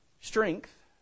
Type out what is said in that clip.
Strength